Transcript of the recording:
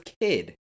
kid